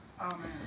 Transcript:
Amen